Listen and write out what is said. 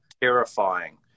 terrifying